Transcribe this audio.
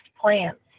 plants